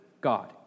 God